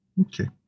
Okay